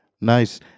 nice